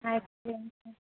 ice cream